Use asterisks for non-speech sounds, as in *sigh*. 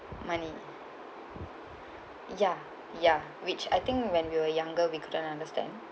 money *breath* ya ya *breath* which I think when we were younger we couldn't understand